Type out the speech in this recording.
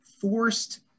Forced